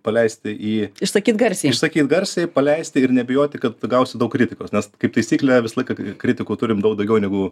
paleisti į išsakyti garsiai išsakyti garsiai paleisti ir nebijoti kad gausi daug kritikos nes kaip taisyklė visą laiką kritikų turime daug daugiau negu